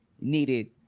needed